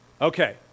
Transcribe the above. Okay